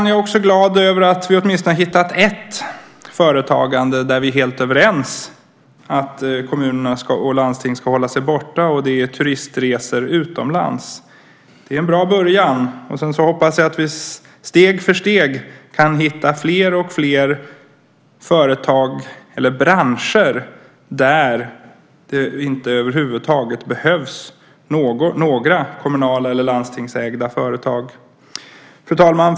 Jag är också glad över att vi åtminstone hittat ett företagande där vi är helt överens att kommunerna och landstingen ska hålla sig borta. Det är turistresor utomlands. Det är en bra början. Sedan hoppas jag att vi steg för steg kan hitta alltfler branscher där det över huvud taget inte behövs några kommunala eller landstingsägda företag. Fru talman!